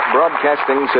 Broadcasting